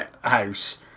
house